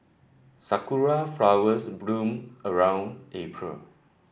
Sakura flowers bloom around April